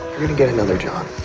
you're gonna get another job.